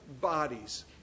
bodies